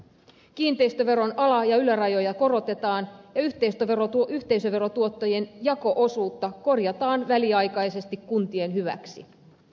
kiinteistöveron ala ja ylärajoja korotetaan ja yhteisöverotuottojen jako osuutta korjataan väliaikaisesti kuntien hyväksi